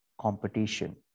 competition